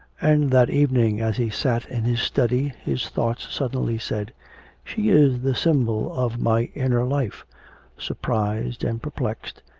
and that evening, as he sat in his study, his thoughts suddenly said she is the symbol of my inner life surprised and perplexed,